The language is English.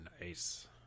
Nice